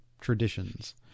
traditions